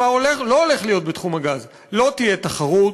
מה לא הולך להיות בתחום הגז: לא תהיה תחרות,